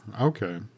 okay